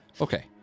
Okay